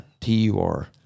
T-U-R